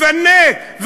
לפנק,